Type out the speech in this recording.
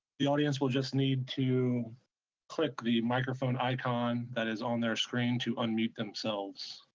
the audience will just need to click the microphone icon that is on their screen to unmute themselves.